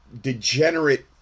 degenerate